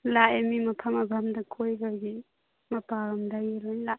ꯂꯥꯛꯑꯦ ꯃꯤ ꯃꯐꯝ ꯃꯐꯝꯗ ꯀꯣꯏꯕꯒꯤ ꯃꯞꯥꯜꯂꯣꯝꯗꯒꯤ ꯂꯣꯏꯅ ꯂꯥꯛꯑꯦ